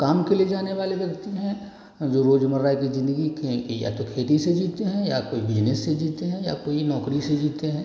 काम के लिए जाने वाले व्यक्ति हैं जो रोजमर्रा की जिंदगी या तो खेती से जीते हैं या कोई बिजनेस से जीते हैं या कोई नौकरी से जीते हैं